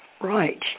Right